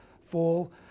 fall